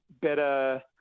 better